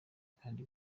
kandi